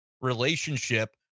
relationship